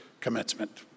commencement